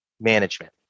management